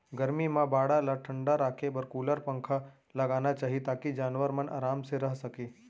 गरमी म बाड़ा ल ठंडा राखे बर कूलर, पंखा लगाना चाही ताकि जानवर मन आराम से रह सकें